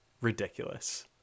Ridiculous